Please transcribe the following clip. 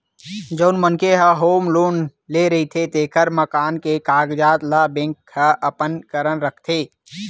जउन मनखे ह होम लोन ले रहिथे तेखर मकान के कागजात ल बेंक ह अपने करन राखथे